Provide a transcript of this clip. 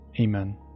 Amen